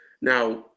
now